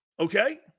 Okay